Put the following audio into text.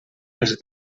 els